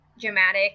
dramatic